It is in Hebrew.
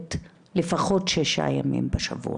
פועלת לפחות שישה ימים בשבוע.